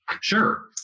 Sure